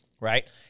right